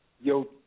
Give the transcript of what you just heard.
Yo